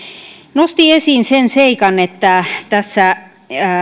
nosti esiin sen seikan että tässä